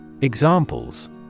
Examples